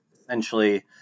essentially